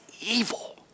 evil